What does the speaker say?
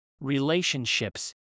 relationships